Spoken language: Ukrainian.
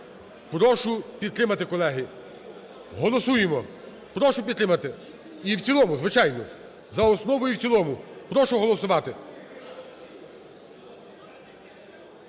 Прошу підтримати, колеги. Голосуємо. Прошу підтримати. І в цілому, звичайно. За основу і в цілому. Прошу голосувати.